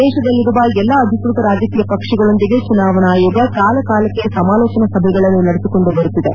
ದೇಶದಲ್ಲಿರುವ ಎಲ್ಲಾ ಅಧಿಕೃತ ರಾಜಕೀಯ ಪಕ್ಷಗಳೊಂದಿಗೆ ಚುನಾವಣಾ ಆಯೋಗ ಕಾಲ ಕಾಲಕ್ಷೆ ಸಮಾಲೋಚನಾ ಸಭೆಗಳನ್ನು ನಡೆಸಿಕೊಂಡು ಬರುತ್ತಿದೆ